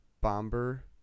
Bomber